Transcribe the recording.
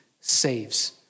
saves